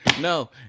No